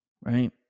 Right